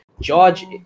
George